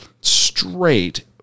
straight